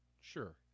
sure